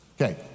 Okay